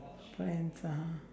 friends ah